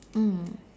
mm